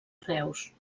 reus